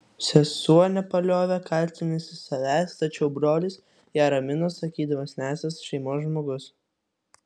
sesuo nepaliovė kaltinusi savęs tačiau brolis ją ramino sakydamas nesąs šeimos žmogus